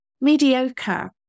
mediocre